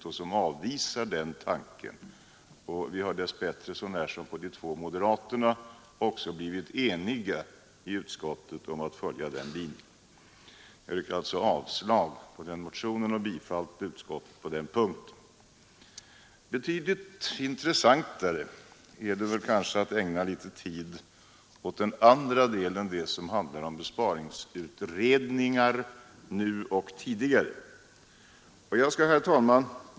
Grundlagberedningen avvisar tanken, och vi har dess bättre, så när som på de två moderaterna, också blivit eniga i utskottet om att följa den linjen. Jag yrkar alltså avslag på motionen och bifall till utskottets hemställan på den punkten. Betydligt intressantare är det kanske att ägna litet tid åt den andra delen, som handlar om besparingsutredningar nu och tidigare.